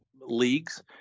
leagues